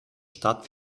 stadt